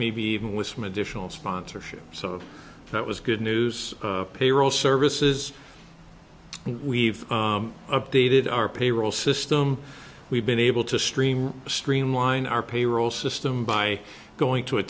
maybe even with some additional sponsorship so that was good news payroll services we've updated our payroll system we've been able to stream streamline our payroll system by going to a